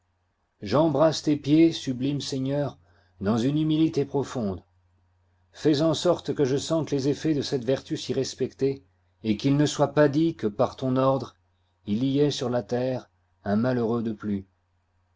j'embrasse tes pieds sublime seigneur dans une humilité profonde fais en sorte que je sente les effets de cette vertu si respectée et qu'il ne soit pas dit que par ton ordre il y ait sur la terre un malheureux de plus